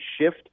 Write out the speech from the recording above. shift